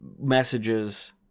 messages